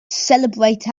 celebrate